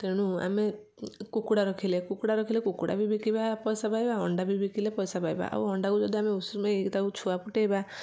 ତେଣୁ ଆମେ କୁକୁଡ଼ା ରଖିଲେ କୁକୁଡ଼ା ରଖିଲେ କୁକୁଡ଼ା ବି ବିକିବା ପଇସା ପାଇବା ଅଣ୍ଡା ବି ବିକିଲେ ପଇସା ପାଇବା ଆଉ ଅଣ୍ଡାକୁ ଯଦି ଆମେ ଉଷୁମାଇ ତାକୁ ଛୁଆ ଫୁଟାଇବା